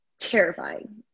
Terrifying